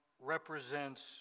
represents